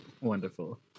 Wonderful